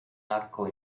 arco